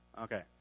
okay